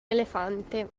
elefante